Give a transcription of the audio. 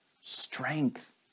strength